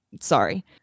sorry